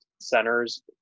centers